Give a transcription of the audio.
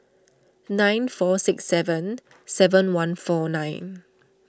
nine four six seven seven one four nine